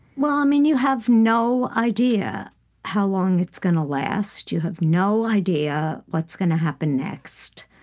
well, i mean, you have no idea how long it's going to last. you have no idea what's going to happen next.